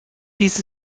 dies